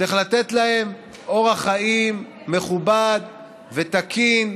צריך לתת להם אורח חיים מכובד ותקין,